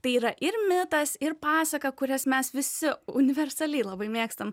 tai yra ir mitas ir pasaka kurias mes visi universaliai labai mėgstam